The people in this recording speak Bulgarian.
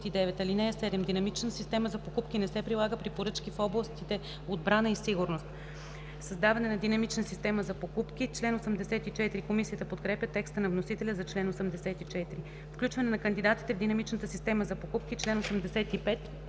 чл. 39. (7) Динамична система за покупки не се прилага при поръчки в областите отбрана и сигурност.” Член 84 – „Създаване на динамична система за покупки”. Комисията подкрепя текста на вносителя за чл. 84. Член 85 – „Включване на кандидати в динамичната система за покупки”.